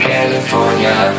California